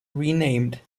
renamed